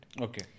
Okay